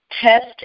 test